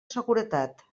seguretat